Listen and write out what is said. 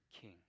king